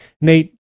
Nate